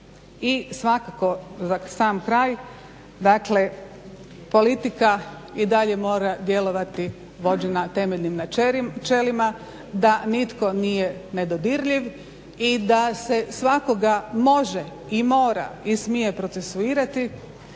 I svakako za sam kraj, dakle politika i dalje mora djelovati vođena temeljnim načelima da nitko nije nedodirljiv i da se svakoga može i mora i smije procesuirati,